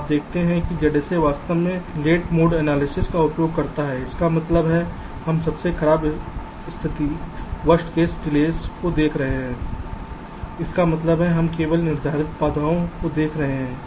आप देखते हैं कि ZSA वास्तव में लेट मॉड एनालिसिस का उपयोग करता है इसका मतलब हम सबसे खराब स्थिति डेलेस को देख रहे हैं इसका मतलब है हम केवल निर्धारित बाधाओं को देख रहे हैं